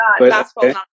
Basketball